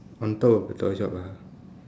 on top of the toy shop ah